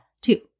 Two